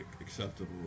acceptable